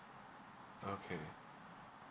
okay